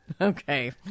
Okay